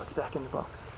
back in the box.